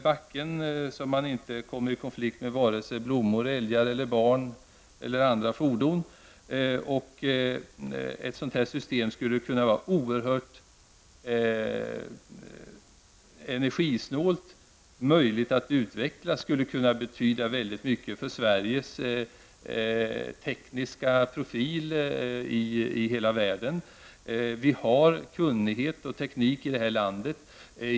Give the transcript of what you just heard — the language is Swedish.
Man behöver inte kommer i konflikt med blommor, älgar, barn eller andra fordon. Ett sådant system skulle kunna vara oerhört energisnålt. Det är möjligt att utveckla ett sådant system. Det skulle dessutom kunna betyda väldigt mycket för Sveriges tekniska profil ute i världen. Vi har ju kunnighet och teknik i vårt land.